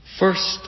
First